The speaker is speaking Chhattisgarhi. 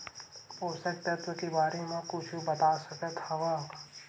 पोषक तत्व के बारे मा कुछु बता सकत हवय?